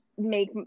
make